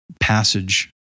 passage